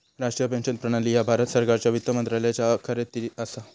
राष्ट्रीय पेन्शन प्रणाली ह्या भारत सरकारच्या वित्त मंत्रालयाच्या अखत्यारीत असा